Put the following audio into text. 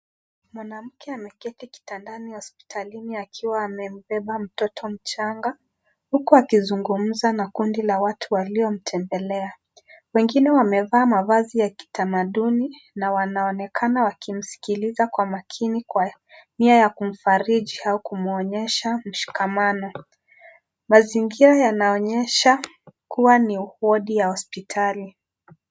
Mwanamke ameketi kitandani hospitalini akiwa amembeba mtoto mchanga huku akizungumza na kundi la watu waliomtembelea, wengine wamevaa mavazi ya kitamaduni na wanaonekana wakimskiliza kwa makini kwa nia ya kumfariji au kumuonyesha mshikamano, mazingira yanaonyesha kua ni wodi ya hospitali.